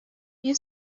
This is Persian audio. این